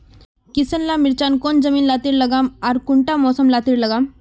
किसम ला मिर्चन कौन जमीन लात्तिर लगाम आर कुंटा मौसम लात्तिर लगाम?